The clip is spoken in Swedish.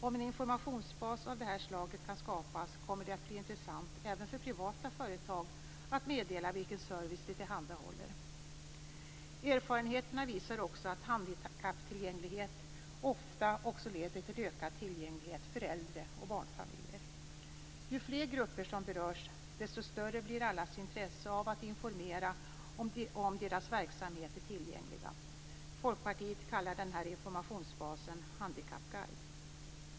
Om en informationsbas av detta slag kan skapas kommer det att bli intressant även för privata företag att meddela vilken service de tillhandahåller. Erfarenheterna visar att handikapptillgänglighet ofta också leder till ökad tillgänglighet för äldre och barnfamiljer. Ju fler grupper som berörs, desto större blir allas intresse av att informera om att deras verksamhet är tillgänglig. Folkpartiet kallar denna informationsbas "handikappguide".